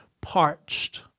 parched